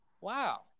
Wow